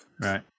Right